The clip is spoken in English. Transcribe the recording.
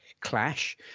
clash